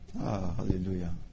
hallelujah